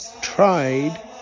tried